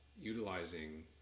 utilizing